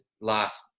last